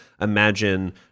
imagine